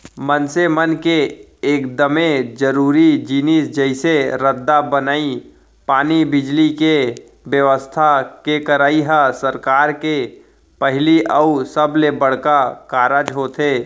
मनसे मन के एकदमे जरूरी जिनिस जइसे रद्दा बनई, पानी, बिजली, के बेवस्था के करई ह सरकार के पहिली अउ सबले बड़का कारज होथे